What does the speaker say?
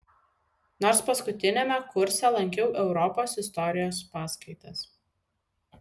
nors paskutiniame kurse lankiau europos istorijos paskaitas